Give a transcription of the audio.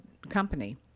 company